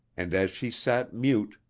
and as she sat mute,